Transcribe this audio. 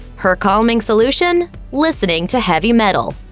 her calming solution? listening to heavy metal.